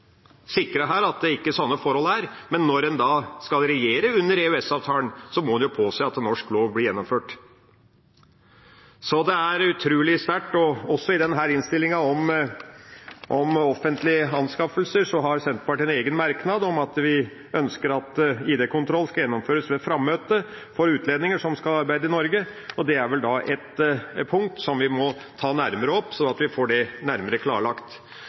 sikre at det ikke er sånne forhold her. Men når en skal regjere under EØS-avtalen, må en påse at norsk lov blir gjennomført. Så det er utrolig sterkt. Og i innstillinga om offentlige anskaffelser har Senterpartiet en egen merknad om at vi ønsker at ID-kontroll skal gjennomføres ved frammøte for utlendinger som skal arbeide i Norge. Det er vel et punkt som vi må ta nærmere opp, sånn at vi får det nærmere klarlagt.